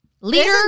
Leader